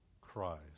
Christ